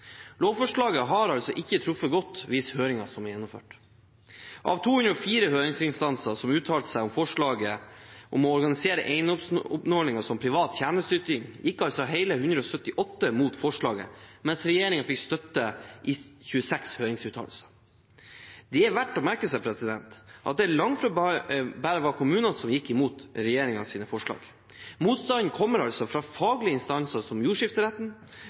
Lovforslaget har ikke truffet godt, viser høringen som er gjennomført. Av 204 høringsinstanser som uttalte seg om forslaget om å organisere eiendomsoppmåling som privat tjenesteyting, gikk hele 178 mot forslaget, mens regjeringen fikk støtte i 26 høringsuttalelser. Det er verdt å merke seg at det langt fra bare var kommunene som gikk mot regjeringens forslag. Motstanden kommer fra faglige instanser som